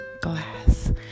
glass